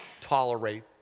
tolerate